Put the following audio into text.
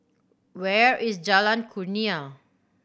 where is Jalan Kurnia